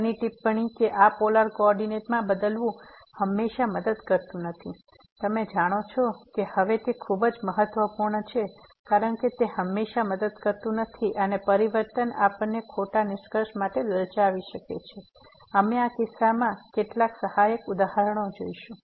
આગળની ટિપ્પણી કે આ પોલાર કોઓર્ડિનેટમાં બદલવું હંમેશાં મદદ કરતું નથી તમે જાણો છો હવે તે ખૂબ જ મહત્વપૂર્ણ છે કારણ કે તે હંમેશાં મદદ કરતું નથી અને પરિવર્તન આપણને ખોટા નિષ્કર્ષ માટે લલચાવી શકે છે અમે આ કિસ્સામાં કેટલાક સહાયક ઉદાહરણ જોશું